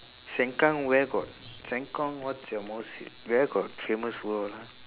sengkang where got sengkang what's your mall's fav~ where got famous food !huh!